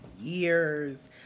years